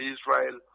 Israel